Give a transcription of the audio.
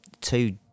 two